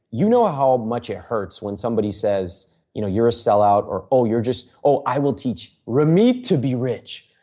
you know how much it hurts when somebody says you know you are a sellout or oh you are just oh, i will teach ramit to be rich.